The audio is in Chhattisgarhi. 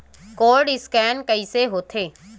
कोर्ड स्कैन कइसे होथे?